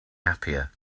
happier